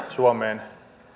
suomeen